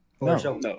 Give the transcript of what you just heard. No